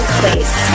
place